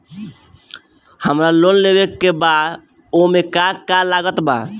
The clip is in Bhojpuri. हमरा लोन लेवे के बा ओमे का का लागत बा?